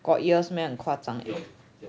got years meh 很夸张 eh